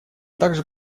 также